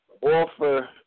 offer